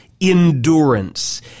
endurance